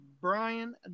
Brian